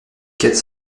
quatre